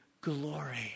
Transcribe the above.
glory